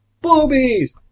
Boobies